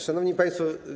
Szanowni Państwo!